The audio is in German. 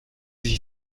sich